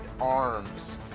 arms